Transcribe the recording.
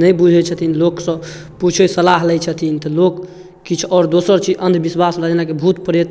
नहि बुझै छथिन लोकसँ पुछै सलाह लै छथिन तऽ लोक किछु आओर दोसर चीज अन्धविश्वास जेनाकि भूत प्रेत